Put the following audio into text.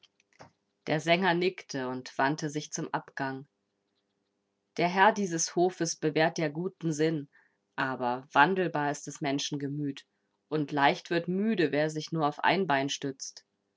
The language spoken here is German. der sänger nickte und wandte sich zum abgang der herr dieses hofes bewährt dir guten sinn aber wandelbar ist der menschen gemüt und leicht wird müde wer sich nur auf ein bein stützt